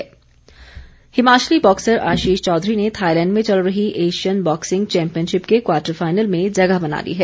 boxing Himachali boxer Ashish Chaudhary ने Thailand में चल रही एशियन बॉक्सिंग चैंपियनशिप के क्वार्टर फाइनल में जगह बना ली है